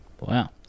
Wow